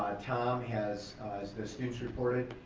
ah tom has, as the students reported,